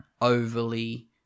overly